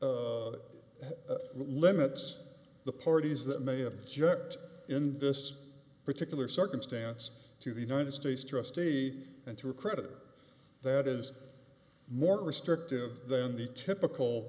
it limits the parties that may object in this particular circumstance to the united states trustee and to a creditor that is more restrictive than the typical